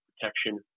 Protection